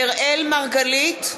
(קוראת בשם חבר הכנסת) אראל מרגלית,